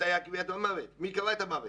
מתי הייתה קביעת המוות ומי קבע את המוות.